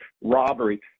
robbery